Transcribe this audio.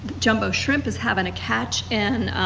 jumbo shrimp is having a catch in.